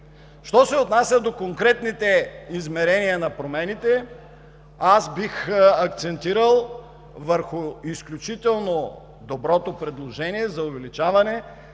Що се отнася до конкретните измерения на промените, аз бих акцентирал върху изключително доброто предложение за увеличаване